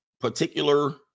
particular